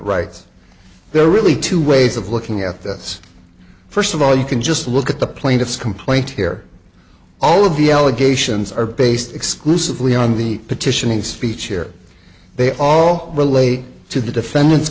rights there are really two ways of looking at this first of all you can just look at the plaintiff's complaint here all of the allegations are based exclusively on the petitioning speech here they all relate to the defendant's